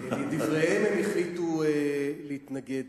הם החליטו להתנגד